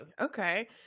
Okay